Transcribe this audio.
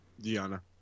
Diana